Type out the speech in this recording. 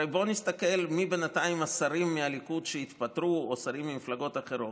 הרי בוא נסתכל מי בינתיים השרים מהליכוד שהתפטרו או שרים ממפלגות אחרות.